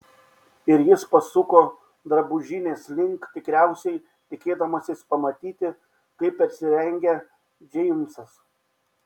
ir jis pasuko drabužinės link tikriausiai tikėdamasis pamatyti kaip persirengia džeimsas